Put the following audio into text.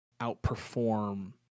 outperform